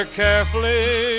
carefully